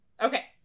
okay